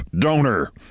donor